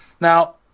Now